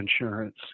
insurance